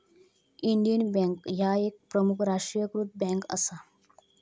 Indian Bank ह्या एक प्रमुख राष्ट्रीयीकृत बँक असा